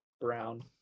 brown